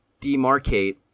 demarcate